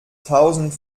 tausend